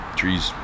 trees